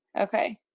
Okay